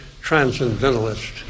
transcendentalist